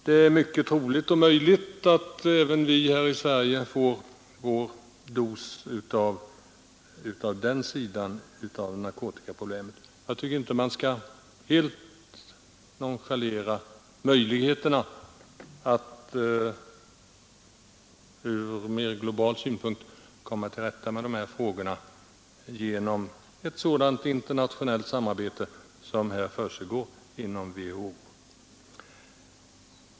Det är mycket troligt och möjligt att även vi här i Sverige får känna på den sidan av narkotikaproblemet. Jag tycker inte att man helt skall nonchalera möjligheterna att från mer global synpunkt komma till rätta med dessa frågor genom det internationella samarbete som sker inom WHO.